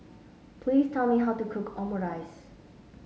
please tell me how to cook Omurice